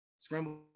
Scramble